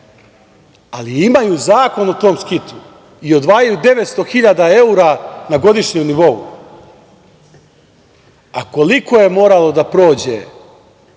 ali imaju zakon o tom skitu i odvajaju 900.000 evra na godišnjem nivou. Koliko je moralo da prođe,